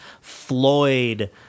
Floyd